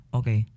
okay